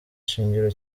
shingiro